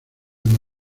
una